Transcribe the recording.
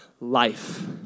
life